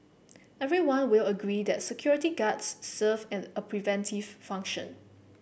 everyone will agree that security guards serve and a preventive function